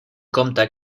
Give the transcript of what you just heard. compte